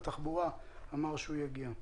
התחבורה אמר שהוא יגיע.